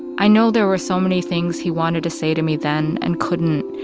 i know there were so many things he wanted to say to me then and couldn't,